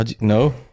No